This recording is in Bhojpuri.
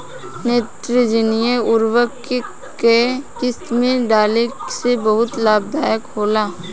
नेत्रजनीय उर्वरक के केय किस्त में डाले से बहुत लाभदायक होला?